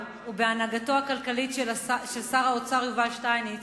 ובהנהגתו הכלכלית של שר האוצר יובל שטייניץ,